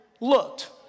looked